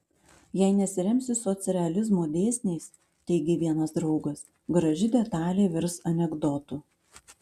jei nesiremsi socrealizmo dėsniais teigė vienas draugas graži detalė virs anekdotu